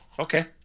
Okay